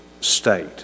state